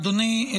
אדוני,